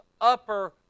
upper